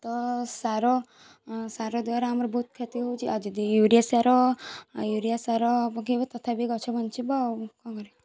ତ ସାର ସାର ଦ୍ୱାରା ଆମର ବହୁତ କ୍ଷତି ହେଉଛି ଆଉ ଯଦି ୟୁରିଆ ସାର ୟୁରିଆ ସାର ପକାଇବା ତଥାପି ଗଛ ବଞ୍ଚିବ ଆଉ କ'ଣ କରିବ